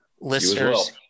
listeners